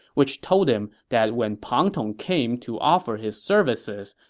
which told him that when pang tong came to offer his services,